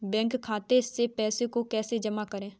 Bank खाते से पैसे को कैसे जमा करें?